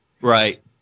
Right